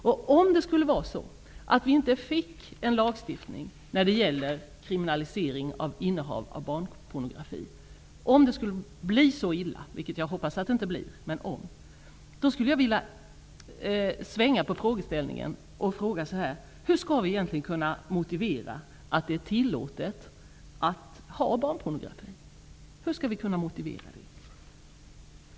Om det blir så illa --- jag hoppas inte det -- att vi inte får en lagstiftning i fråga om kriminalisering av innehav av barnpornografi, skulle jag vilja svänga på frågeställningen och fråga: Hur skall vi egentligen kunna motivera att det är tillåtet att ha barnpornografi?